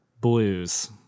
blues